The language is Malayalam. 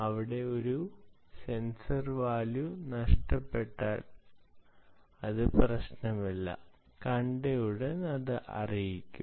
അവിടെ ഒരു സെൻസർ വാല്യൂ നഷ്ടപ്പെട്ടാൽ അത് പ്രശ്നമല്ല കണ്ടയുടൻ അറിയിക്കും